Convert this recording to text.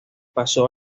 pasó